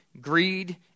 Greed